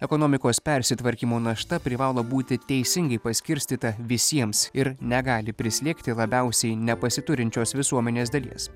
ekonomikos persitvarkymo našta privalo būti teisingai paskirstyta visiems ir negali prislėgti labiausiai nepasiturinčios visuomenės dalies